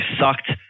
sucked